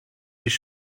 ist